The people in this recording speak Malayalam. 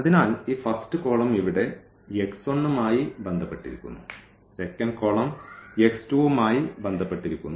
അതിനാൽ ഈ ഫസ്റ്റ് കോളം ഇവിടെ മായി ബന്ധപ്പെട്ടിരിക്കുന്നു സെക്കൻഡ് കോളം മായി ബന്ധപ്പെട്ടിരിക്കുന്നു